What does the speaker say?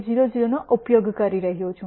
3800 નો ઉપયોગ કરી રહ્યો છું